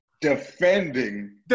defending